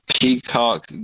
Peacock